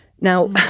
Now